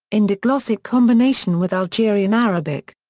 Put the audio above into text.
in diglossic combination with algerian arabic.